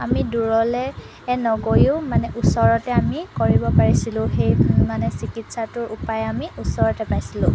আমি দূৰলৈ নগৈয়ো মানে ওচৰতে আমি কৰিব পাৰিছিলোঁ সেই মানে চিকিৎসাটোৰ উপায় আমি ওচৰতে পাইছিলোঁ